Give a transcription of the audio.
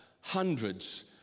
hundreds